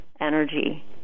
energy